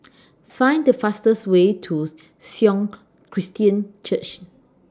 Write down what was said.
Find The fastest Way to Sion Christian Church